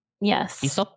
Yes